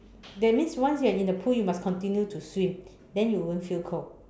that means once you are in the pool you must continue to swim then you won't feel cold